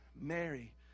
Mary